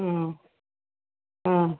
ம்ம் ம்ம்